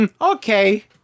Okay